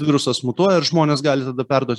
virusas mutuoja ir žmonės gali tada perduot